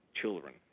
children